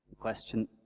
question